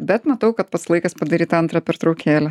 bet matau kad pats laikas padaryt antrą pertraukėlę